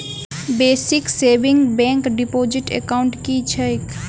Basic savings bank deposit account की छैक?